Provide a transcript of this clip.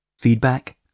Feedback